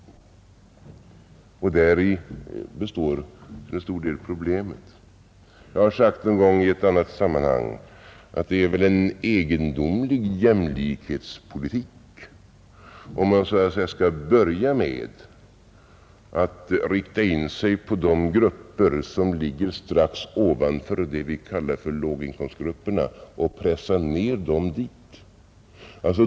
Däri består problemet till stor del. Jag har sagt en gång i ett annat sammanhang, att det är väl en egendomlig jämlikhetspolitik om man skall börja med att rikta in sig på de grupper som ligger strax ovanför vad vi kallar låginkomstgrupperna och pressa ned dem dit.